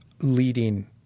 leading